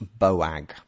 boag